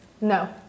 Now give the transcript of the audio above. no